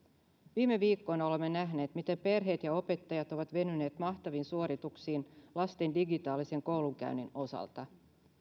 viime viikkoina olemme nähneet miten perheet ja opettajat ovat venyneet mahtaviin suorituksiin lasten digitaalisen koulunkäynnin osalta